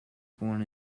born